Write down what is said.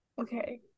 okay